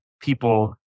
people